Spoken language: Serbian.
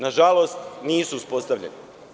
Nažalost, nisu uspostavljeni.